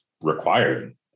required